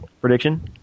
prediction